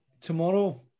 tomorrow